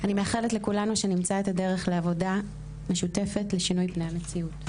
אני מאחלת לכולנו שנמצא את הדרך לעבודה משותפת לשינוי פני המציאות.